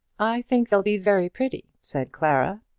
i think they'll be very pretty! said clara.